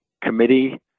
committee